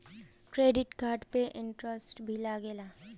Credit card पे interest भी लागेला?